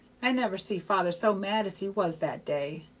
i never see father so mad as he was that day.